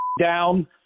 down